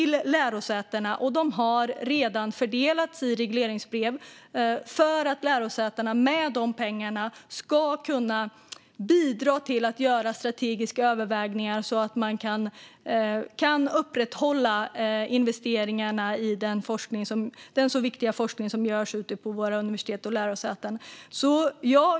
Dessa har redan fördelats i regleringsbrev för att lärosätena med dessa pengar ska kunna bidra till att göra strategiska övervägningar så att man kan upprätthålla investeringarna i den så viktiga forskning som görs ute på universitet och lärosäten.